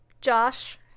Josh